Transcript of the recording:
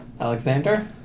Alexander